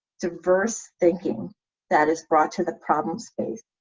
diverse thinking that is brought to the problem space,